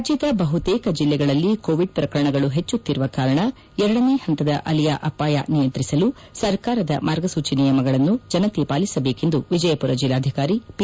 ರಾಜ್ಗದ ಬಹುತೇಕ ಜಿಲ್ಲೆಗಳಲ್ಲಿ ಕೋವಿಡ್ ಪ್ರಕರಣಗಳು ಪೆಚ್ಚುತ್ತಿರುವ ಕಾರಣ ಎರಡನೇ ಪಂತದ ಅಲೆಯ ಅಪಾಯ ನಿಯಂತ್ರಿಸಲು ಸರ್ಕಾರದ ಮಾರ್ಗಸೂಚಿ ನಿಯಮಗಳನ್ನು ಜನತೆ ಪಾಲಿಸಬೇಕೆಂದು ವಿಜಯಪುರ ಜಿಲ್ಲಾಧಿಕಾರಿ ಪಿ